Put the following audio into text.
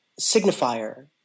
signifier